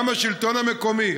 גם השלטון המקומי,